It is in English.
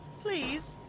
Please